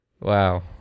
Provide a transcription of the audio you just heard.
wow